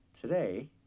Today